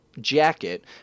jacket